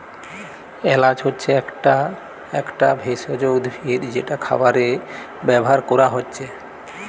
এলাচ হচ্ছে একটা একটা ভেষজ উদ্ভিদ যেটা খাবারে ব্যাভার কোরা হচ্ছে